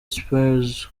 spears